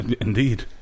Indeed